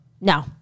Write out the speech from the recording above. No